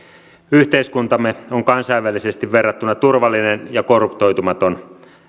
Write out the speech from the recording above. yhteiskuntamme on kansainvälisesti verrattuna turvallinen ja korruptoitumaton